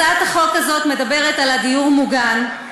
הצעת החוק הזאת מדברת על הדיור המוגן.